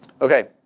Okay